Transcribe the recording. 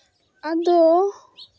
ᱟᱫᱚ